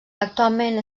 actualment